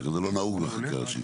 זה לא נהוג בחקיקה ראשית.